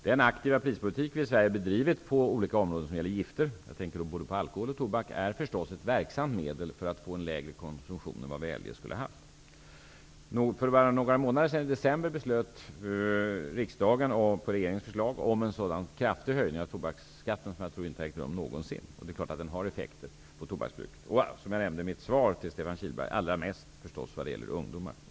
Den aktiva prispolitik som vi i Sverige bedrivit på olika områden när det gäller gifter -- jag tänker då på både alkohol och tobak -- är förstås ett verksamt medel för att få en lägre konsumtion än vad vi eljest skulle ha haft. För bara några månader sedan -- det var i december -- fattade riksdagen på regeringens förslag beslut om en höjning av tobaksskatten som jag tror är kraftigare än som någonsin varit fallet. Det är klart att det har effekter på tobaksbruket. Allra mest gäller det förstås, som jag nämnde i mitt svar till Stefan Kihlberg, ungdomarna.